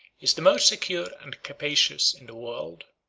is the most secure and capacious in the world.